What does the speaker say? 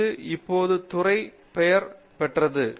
இது இப்போது துறை பெயர் பெற்றது